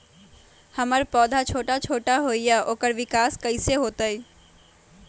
हमर पौधा छोटा छोटा होईया ओकर विकास कईसे होतई?